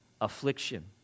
affliction